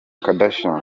kardashian